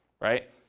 right